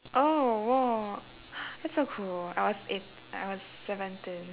oh !wow! that's so cool I was eight I was seventeen